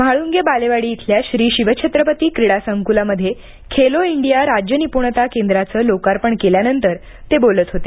म्हाळूंगे बालेवाडी इथल्या श्री शिवछत्रपती क्रीडा संकूलामध्ये खेलो इंडिया राज्य निपुणता केंद्राचं लोकार्पण केल्यानंतर ते बोलत होते